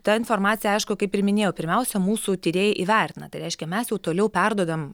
tą informaciją aišku kaip ir minėjau pirmiausia mūsų tyrėjai įvertina tai reiškia mes jau toliau perduodam